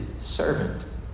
servant